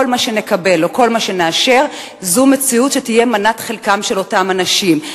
כל מה שנקבל או כל מה שנאשר זה מציאות שתהיה מנת חלקם של אותם אנשים.